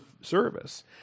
service